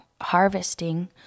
harvesting